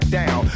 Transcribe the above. down